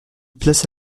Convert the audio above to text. plaça